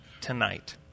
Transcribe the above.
tonight